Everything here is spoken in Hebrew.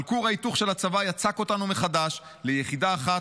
אבל כור ההיתוך של הצבא יצק אותנו מחדש ליחידה אחת,